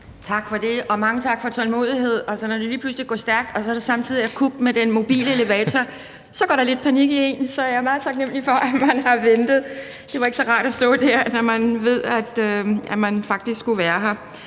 Tak for det, og mange tak for tålmodigheden. Når det lige pludselig skal gå stærkt og der samtidig er kuk med den mobile elevator, går der lidt panik i en, så jeg er meget taknemlig for, at man har ventet. Det var ikke så rart at stå der, når man vidste, at man faktisk skulle være her,